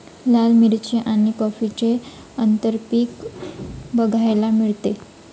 लाल मिरची आणि कॉफीचे आंतरपीक बघायला मिळते